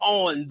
on